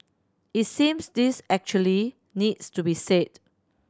it seems this actually needs to be said